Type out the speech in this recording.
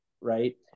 right